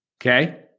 Okay